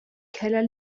keller